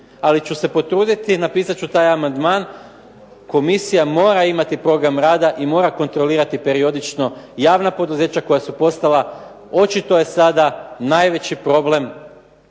ali ću se potruditi i napisat ću taj amandman. Komisija mora imati program rada i mora kontrolirati periodično javna poduzeća koja su postala očito je sada najveći problem.